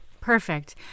Perfect